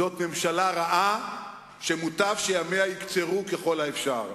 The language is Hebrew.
זאת ממשלה רעה שמוטב שימיה יקצרו ככל האפשר.